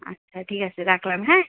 আচ্ছা ঠিক আসে রাখলাম হ্যাঁ